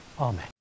amen